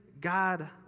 God